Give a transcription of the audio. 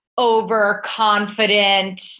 overconfident